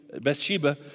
Bathsheba